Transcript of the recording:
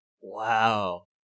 Wow